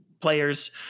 players